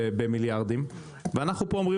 ומשלמים מיליארדים כמיסים ואנחנו אומרים